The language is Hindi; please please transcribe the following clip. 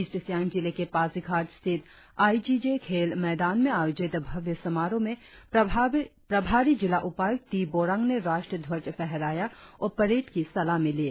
ईस्ट सियांग जिले के पासीघाट स्थित आईजीजे खेल मैदान में अयोजित भव्य समारोह में प्रभारी जिलाउपायुक्त टी बोरांग ने राष्ट्रीय ध्वज फहराया और परेड की सलामी ली